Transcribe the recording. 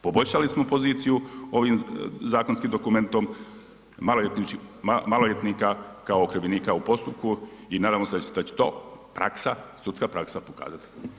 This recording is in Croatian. Poboljšali smo poziciju ovim zakonskim dokumentom maloljetnika kao okrivljenika u postupku i nadamo se da će to praksa, sudska praksa pokazati.